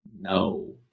No